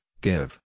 give